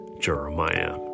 Jeremiah